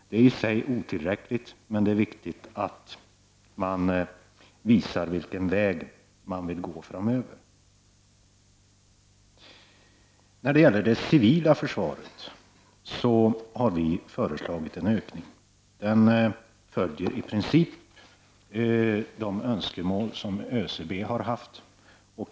Det är i sig otillräckligt, men det är viktigt att man visar vilken väg man vill gå framöver. När det gäller det civila försvaret har vi i vpk föreslagit en ökning. Förslaget följer i princip de önskemål som ÖCB har haft.